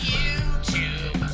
YouTube